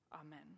Amen